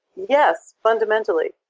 yes, fundamentally,